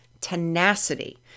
tenacity